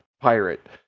pirate